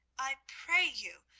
i pray you,